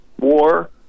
war